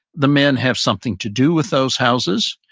the men have something to do with those houses,